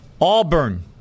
Auburn